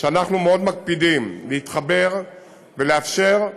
אנחנו מאוד מקפידים להתחבר ולאפשר,